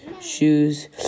shoes